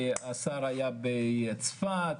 השר היה בצפת